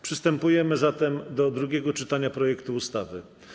Przystępujemy zatem do drugiego czytania projektu ustawy.